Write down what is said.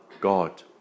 God